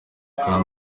kandi